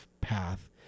path